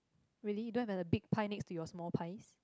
really you don't have a the big pie next to your small pies